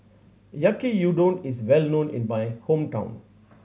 Yaki Udon is well known in my hometown